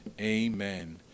Amen